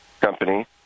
company